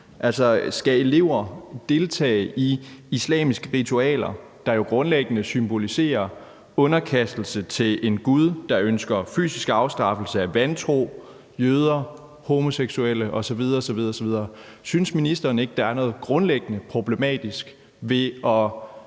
skal elever deltage i islamiske ritualer, der jo grundlæggende symboliserer underkastelse til en gud, der ønsker fysisk afstraffelse af vantro, jøder, homoseksuelle osv. osv.? Synes ministeren ikke, at der er noget grundlæggende problematisk ved, at